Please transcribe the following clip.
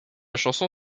chanson